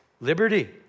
liberty